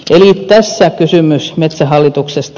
eli tässä kysymys metsähallituksesta